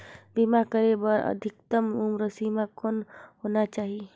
बीमा करे बर अधिकतम उम्र सीमा कौन होना चाही?